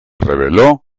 rebeló